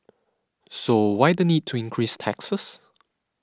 so why the need to increase taxes